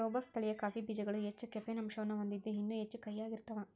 robusta ತಳಿಯ coffee ಬೇಜಗಳು ಹೆಚ್ಚ ಕೆಫೇನ್ ಅಂಶವನ್ನ ಹೊಂದಿದ್ದು ಇನ್ನೂ ಹೆಚ್ಚು ಕಹಿಯಾಗಿರ್ತಾವ